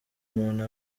umuntu